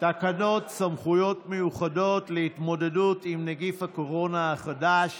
תקנות סמכויות מיוחדות להתמודדות עם נגיף הקורונה החדש